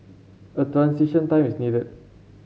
a transition time is needed